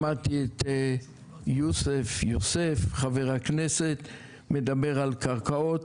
שמעתי את חבר הכנסת יוסף מדבר על קרקעות.